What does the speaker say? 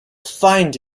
find